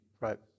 Right